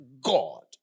God